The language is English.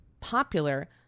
popular